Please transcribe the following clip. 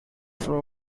floor